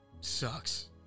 sucks